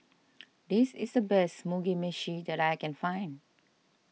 this is the best Mugi Meshi that I can find